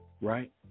Right